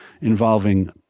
involving